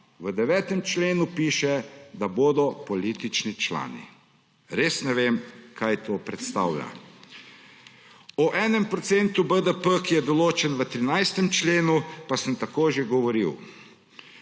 V 9. členu piše, da bodo politični člani. Res ne vem, kaj to predstavlja. O enem procentu BDP, ki je določen v 13. členu, pa sem tako že govoril.